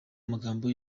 magambo